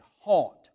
haunt